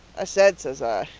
i said, says i,